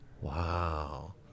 Wow